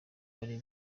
bari